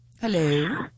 Hello